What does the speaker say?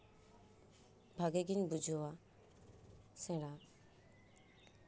ᱵᱷᱟᱜᱮ ᱜᱮᱧ ᱵᱩᱡᱷᱟᱹᱣᱟ ᱥᱮᱬᱟ